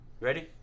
Ready